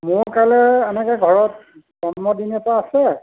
মোৰ কাইলৈ এনেকৈ ঘৰত জন্মদিন এটা আছে